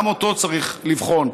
גם אותן צריך לבחון,